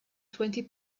twenty